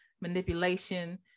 manipulation